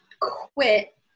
quit